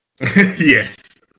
Yes